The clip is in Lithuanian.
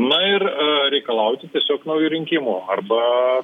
na ir reikalauti tiesiog naujų rinkimų arba